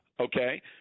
Okay